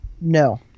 no